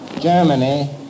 Germany